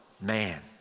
man